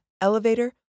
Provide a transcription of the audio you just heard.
elevator